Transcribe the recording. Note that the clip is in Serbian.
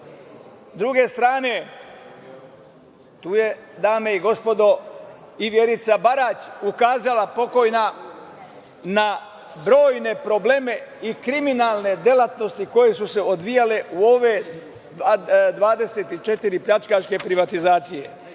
druge strane, tu je dame i gospodo, i Verica Barać pokojna, ukazala na brojne probleme i kriminalne delatnosti koje su se odvijale u ove 24 pljačkaške privatizacije.